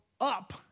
up